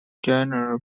general